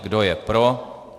Kdo je pro?